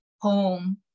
home